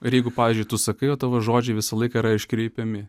ir jeigu pavyzdžiui kai jau tavo žodžiai visą laiką iškreipiami